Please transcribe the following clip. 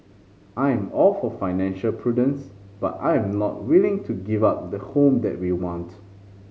I am all for financial prudence but I am not willing to give up the home that we want